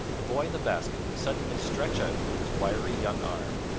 the boy in the basket would suddenly stretch out with his wiry young arm,